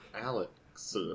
Alex